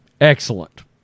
Excellent